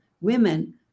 women